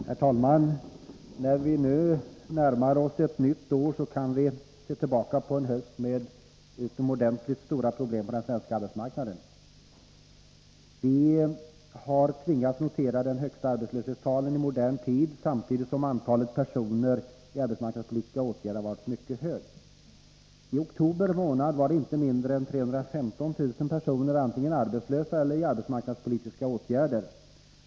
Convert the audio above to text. Herr talman! När vi nu närmar oss ett nytt år, kan vi se tillbaka på en höst med utomordentligt stora problem på den svenska arbetsmarknaden. Vi har tvingats notera de högsta arbetslöshetstalen i modern tid, samtidigt som antalet personer som omfattas av arbetsmarknadspolitiska åtgärder har varit mycket stort. I oktober månad i år var inte mindre än 315 000 personer antingen arbetslösa eller sysselsatta genom arbetsmarknadspolitiska åtgärder.